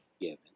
given